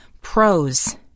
Pros